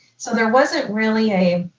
so there wasn't really a,